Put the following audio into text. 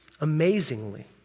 Amazingly